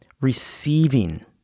receiving